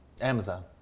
Amazon